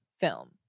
film